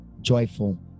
joyful